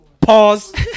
Pause